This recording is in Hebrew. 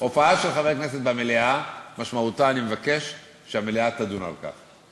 הופעה של חבר כנסת במליאה משמעותה: אני מבקש שהמליאה תדון בכך.